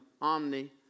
omni